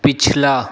पिछला